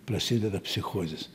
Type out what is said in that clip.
prasideda psichozės